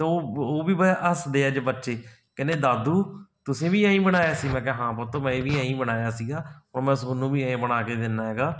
ਤਾਂ ਉਹ ਉਹ ਵੀ ਬ ਹੱਸਦੇ ਆ ਅੱਜ ਬੱਚੇ ਕਹਿੰਦੇ ਦਾਦੂ ਤੁਸੀਂ ਵੀ ਐਂਈ ਬਣਾਇਆ ਸੀ ਮੈਂ ਕਿਹਾ ਹਾਂ ਪੁੱਤ ਮੈਂ ਵੀ ਐਂਈ ਬਣਾਇਆ ਸੀਗਾ ਪਰ ਮੈਂ ਤੁਹਾਨੂੰ ਵੀ ਐਂ ਬਣਾ ਕੇ ਦਿੰਦਾ ਹੈਗਾ